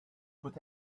but